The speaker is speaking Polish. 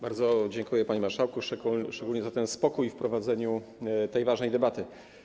Bardzo dziękuję, panie marszałku, szczególnie za ten spokój w prowadzeniu tak ważnej debaty.